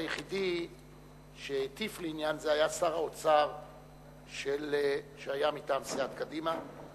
היחיד שהטיף לעניין זה היה שר האוצר שהיה מטעם סיעת קדימה,